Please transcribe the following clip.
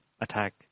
attack